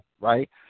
right